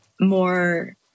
more